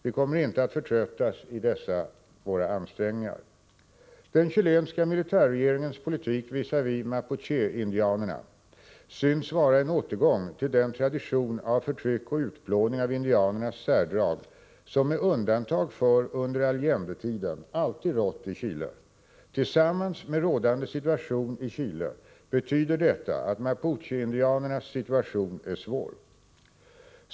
Vi kommer inte att förtröttas i dessa våra ansträngningar. Den chilenska militärregeringens politik visavi mapucheindianerna synes vara en återgång till den tradition av förtryck och utplåning av indianernas särdrag som med undantag för under Allendetiden alltid rått i Chile. Tillsammans med rådande situation i Chile betyder detta att mapucheindianernas situation är svår.